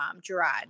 Gerard